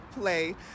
play